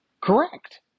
correct